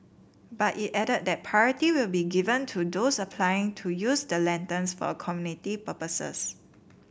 but it added that priority will be given to those applying to use the lanterns for community purposes